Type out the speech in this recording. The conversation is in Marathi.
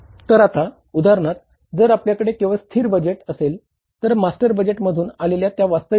तर आता उदाहरणार्थ जर आपल्याकडे केवळ स्थिर बजेट म्हणतात बरोबर